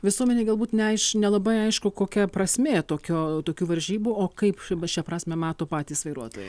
visuomenei galbūt neaiš nelabai aišku kokia prasmė tokio tokių varžybų o kaip šią prasmę mato patys vairuotojai